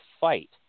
fight